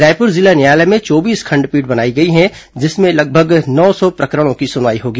रायपुर जिला न्यायालय में चौबीस खंडपीठ बनाई गई है जिसमें लगभग नौ सौ प्रकरणों की सुनवाई होगी